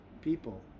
people